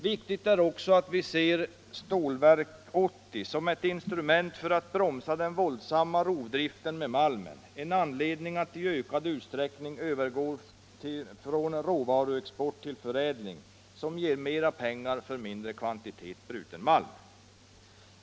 Viktigt är också att vi ser Stålverk 80 som ett instrument för att bromsa den våldsamma rovdriften med malmen, en anledning att i ökad utsträckning övergå från råvaruexport till förädling, som ger mera pengar för mindre kvantitet bruten malm.